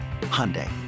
Hyundai